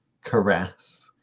caress